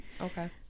Okay